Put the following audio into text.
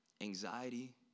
anxiety